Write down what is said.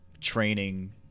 training